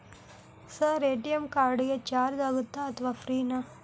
Sir ATM card ಗೆ charge ಆಗುತ್ತಾ ಅಥವಾ ಫ್ರೇ ನಾ?